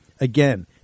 Again